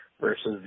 versus